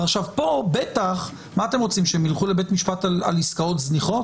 פה בטח מה אתם רוצים שהם יילכו לבית-משפט על עסקאות זניחות?